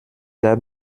gab